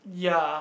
ya